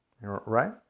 right